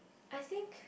I think